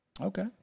Okay